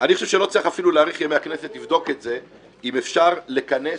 אני שלא צריך להאריך את ימי הכנסת אם אפשר לכנס